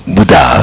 Buddha